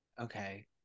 Okay